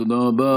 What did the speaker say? תודה רבה.